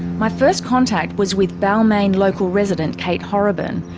my first contact was with balmain local resident kate horrobin,